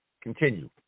continue